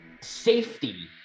safety